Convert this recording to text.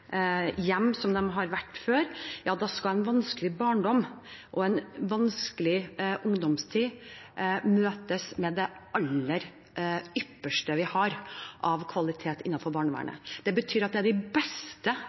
vanskelig barndom og en vanskelig ungdomstid møtes med det aller ypperste vi har av kvalitet innenfor barnevernet. Det betyr at det er de beste